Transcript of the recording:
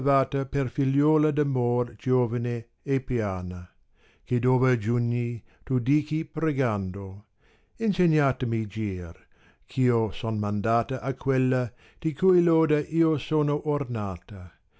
per figliuola d amor giovene e piana che dove giugni tu dichi pregando insegnatemi gir eh io son mandata a quella di cui loda io sono ornata